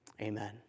Amen